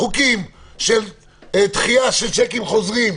חוקים של דחייה של צ'קים חוזרים,